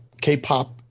K-pop